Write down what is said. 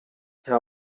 nta